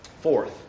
Fourth